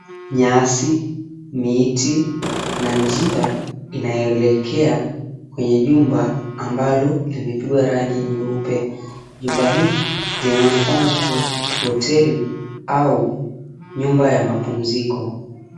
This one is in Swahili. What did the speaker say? Nyasi, miti na njia inayoelekea kwenye jumba ambalo limepigwa rangi nyeupe. Jumba hili linaonekana kua hoteli au nyumba ya mapumziko.